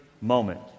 moment